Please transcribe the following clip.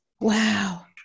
Wow